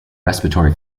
respiratory